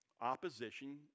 Opposition